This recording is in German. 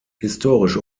historisch